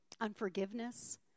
Unforgiveness